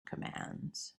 commands